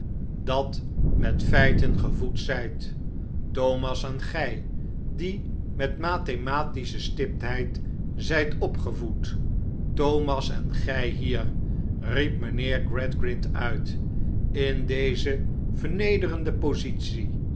dat met feiten gevoed zijt thomas en gij die met mathematische stiptheid zijt opgevoed thomas en gij hier riep mijnheer gradgrind uit in deze vernederende